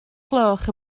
gloch